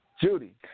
Judy